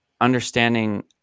understanding